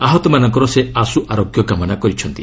ଆହତମାନଙ୍କର ସେ ଆଶ୍ର ଆରୋଗ୍ୟ କାମନା କରିଛନ୍ତି